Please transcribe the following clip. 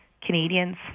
Canadians